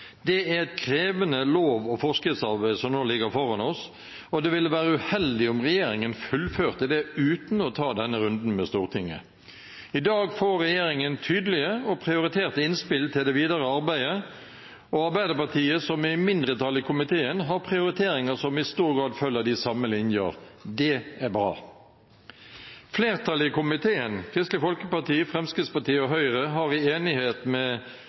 Det er et krevende lov- og forskriftsarbeid som nå ligger foran oss, og det ville være uheldig om regjeringen fullførte det uten å ta denne runden med Stortinget. I dag får regjeringen tydelige og prioriterte innspill til det videre arbeidet, og Arbeiderpartiet, som er i mindretall i komiteen, har prioriteringer som i stor grad følger de samme linjene. Det er bra. Flertallet i komiteen – Kristelig Folkeparti, Fremskrittspartiet og Høyre – har i enighet med